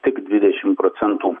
tik dvidešim procentų